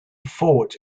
fought